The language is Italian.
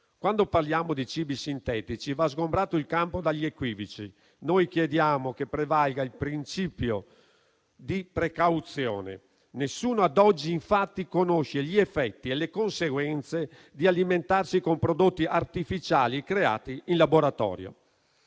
Quando parliamo di cibi sintetici, va sgombrato il campo dagli equivoci. Noi chiediamo che prevalga il principio di precauzione: nessuno ad oggi, infatti, conosce gli effetti e le conseguenze di alimentarsi con prodotti artificiali creati in laboratorio.